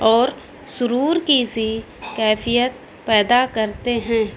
اور سرور کی سی کیفیت پیدا کرتے ہیں